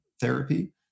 therapy